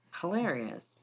Hilarious